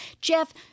Jeff